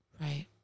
right